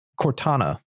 Cortana